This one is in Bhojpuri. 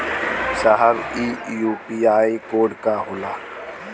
साहब इ यू.पी.आई कोड का होला?